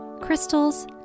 crystals